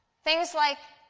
things like